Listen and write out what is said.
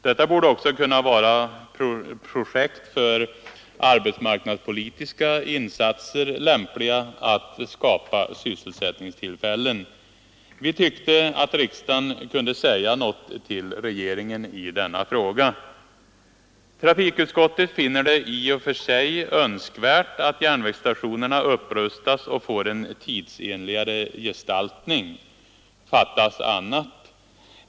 Detta borde också kunna vara projekt för arbetsmarknadspolitiska insatser, lämpliga för att skapa sysselsättningstillfällen. Vi anser att riksdagen skulle kunna uttala något till regeringen i denna fråga. Trafikutskottet finner det i och för sig önskvärt att järnvägsstationerna upprustas och får en tidsenligare gestaltning. Det fattas bara annat.